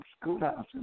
Schoolhouse